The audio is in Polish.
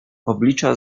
oblicza